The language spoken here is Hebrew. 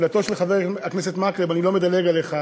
לשאלתו של חבר הכנסת מקלב, אני לא מדלג עליך,